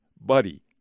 Buddy